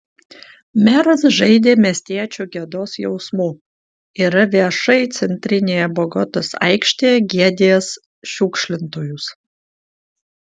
meras žaidė miestiečių gėdos jausmu yra viešai centrinėje bogotos aikštėje gėdijęs šiukšlintojus